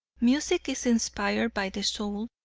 music is inspired by the soul,